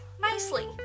nicely